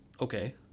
okay